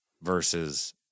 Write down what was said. versus